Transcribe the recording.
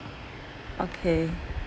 okay